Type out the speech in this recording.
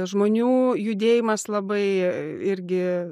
žmonių judėjimas labai irgi